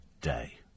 day